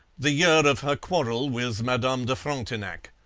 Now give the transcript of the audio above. the year of her quarrel with madame de frontenac.